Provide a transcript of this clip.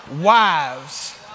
Wives